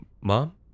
Mom